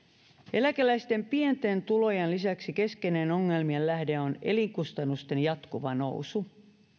eläkeläisten pienten tulojen lisäksi keskeinen ongelmien lähde on elinkustannusten jatkuva nousu